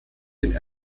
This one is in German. den